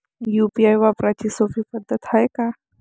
UPI वापराची सोपी पद्धत हाय का?